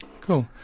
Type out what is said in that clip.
Cool